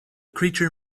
creature